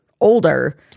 older